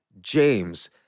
James